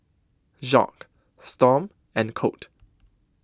Jacques Storm and Colt